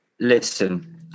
Listen